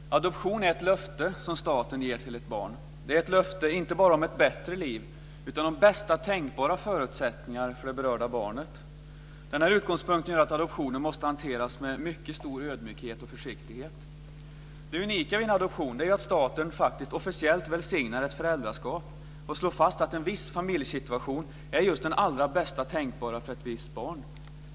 Fru talman! Adoption är ett löfte som staten ger till ett barn. Det är ett löfte inte bara om ett bättre liv, utan om bästa tänkbara förutsättningar för det berörda barnet. Denna utgångspunkt gör att adoptioner måste hanteras med mycket stor ödmjukhet och försiktighet. Det unika med en adoption är att staten faktiskt officiellt välsignar ett föräldraskap och slår fast att en viss familjesituation är den allra bästa tänkbara för ett visst barn.